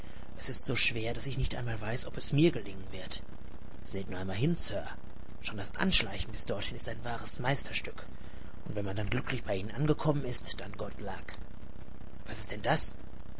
es ist so schwer daß ich nicht einmal weiß ob es mir gelingen wird seht nur einmal hin sir schon das anschleichen bis dorthin ist ein wahres meisterstück und wenn man dann glücklich bei ihnen angekommen ist dann good lack was ist denn das